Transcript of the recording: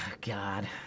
God